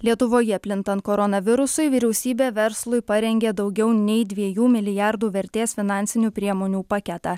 lietuvoje plintant koronavirusui vyriausybė verslui parengė daugiau nei dviejų milijardų vertės finansinių priemonių paketą